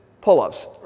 pull-ups